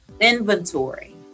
inventory